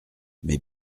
mais